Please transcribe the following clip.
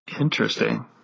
Interesting